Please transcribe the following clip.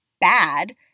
bad